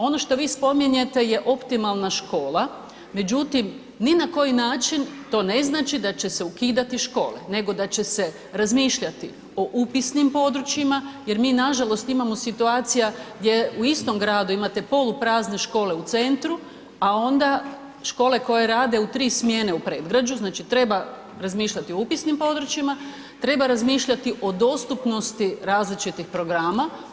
Ono što vi spominjete je optimalna škola, međutim ni na koji način to ne znači da će se ukidati škole, nego da će se razmišljati o upisnim područjima, jer mi nažalost imamo situacija gdje u istom gradu imate poluprazne škole u centru, a onda škole koje rade u tri smjene u predgrađu, znači treba razmišljati o upisnim područjima, treba razmišljati o dostupnosti različitih programa.